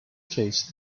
case